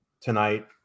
tonight